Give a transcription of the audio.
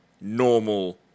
normal